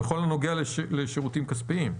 בכל הנוגע לשירותים כספיים.